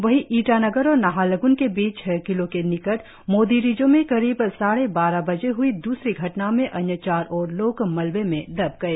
वहीं ईटानगर और नाहरलगुन के बीच छह किलो के निकट मोदीरिजो में करीब साढ़े बारह बजे हई द्रसरी घटना में अन्य चार और लोग मलबे में दब गए